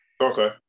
okay